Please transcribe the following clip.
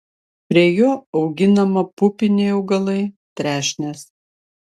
prie jo auginama pupiniai augalai trešnės